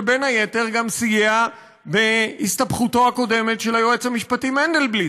שבין היתר גם סייע בהסתבכותו הקודמת של היועץ המשפטי מנדלבליט,